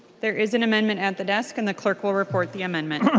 there is an amendment at the desk. and the clerk will report the amendment.